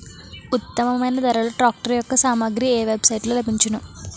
ఉత్తమమైన ధరలో ట్రాక్టర్ యెక్క సామాగ్రి ఏ వెబ్ సైట్ లో లభించును?